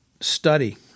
study